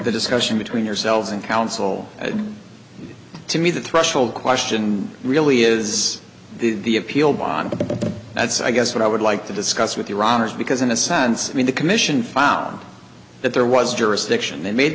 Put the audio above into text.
the discussion between yourselves and counsel to me the threshold question really is the appeal bond that's i guess what i would like to discuss with your honor's because in a sense i mean the commission found that there was jurisdiction that made